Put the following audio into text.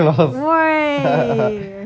after they close